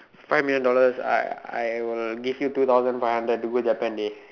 five million dollars I I will give you thousand five hundred to go Japan dey